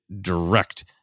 direct